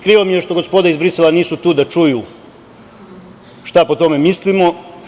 Krivo mi je što gospoda iz Brisela nisu tu da čuju šta o tome mislimo.